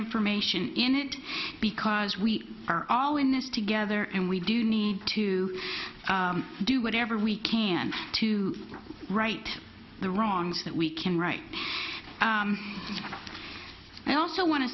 information in it because we are all in this together and we do need to do whatever we can to right the wrongs that we can write and i also want to